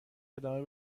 ادامه